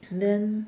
then